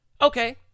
Okay